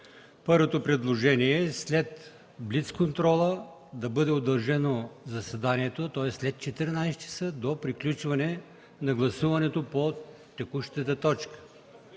Първото предложение е: след блиц контрола да бъде удължено заседанието, тоест след 14,00 ч., до приключване на гласуването по текущата точка.